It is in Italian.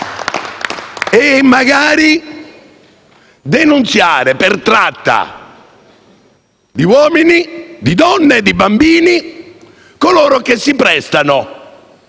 E magari denunciare per tratta di uomini, donne e bambini coloro che si prestano